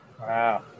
Wow